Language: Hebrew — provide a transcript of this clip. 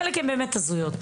חלק הן באמת הזויות.